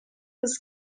hız